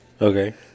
Okay